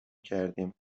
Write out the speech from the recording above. کردیم